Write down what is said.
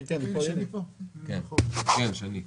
כן, שני.